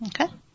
Okay